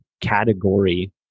category